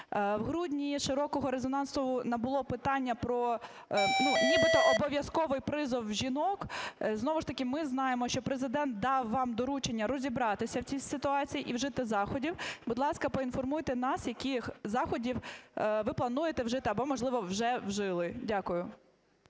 В грудні широкого резонансу набуло питання про нібито обов'язковий призов жінок. Знову ж таки, ми знаємо, що Президент дав вам доручення розібратися в цій ситуації і вжити заходів. Будь ласка, поінформуйте нас, яких заходів ви плануєте вжити або можливо вже вжили? Дякую.